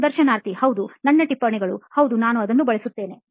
ಸಂದರ್ಶನಾರ್ಥಿ ಹೌದು ನನ್ನ ಟಿಪ್ಪಣಿಗಳು ಹೌದು ನಾನು ಅದನ್ನು ಬಳಸುತ್ತೇನೆ